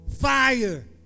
Fire